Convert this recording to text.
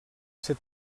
ser